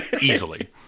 Easily